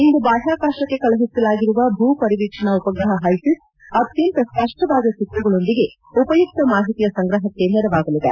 ಇಂದು ಬಾಹ್ಲಾಕಾಶಕ್ಕೆ ಕಳುಹಿಸಲಾಗಿರುವ ಭೂ ಪರಿವೀಕ್ಷಣಾ ಉಪಗ್ರಹ ಹೈಸಿಸ್ ಅತ್ಯಂತ ಸ್ಪಷ್ಟವಾದ ಚಿತ್ರಗಳೊಂದಿಗೆ ಉಪಯುಕ್ತ ಮಾಹಿತಿಯ ಸಂಗ್ರಹಕ್ಕೆ ನೆರವಾಗಲಿದೆ